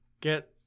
get